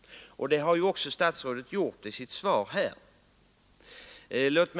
Det har också statsrådet gjort i sitt svar i dag.